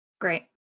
Great